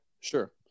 sure